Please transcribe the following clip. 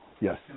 Yes